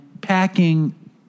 packing